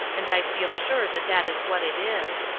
and i feel sure that that is what it is.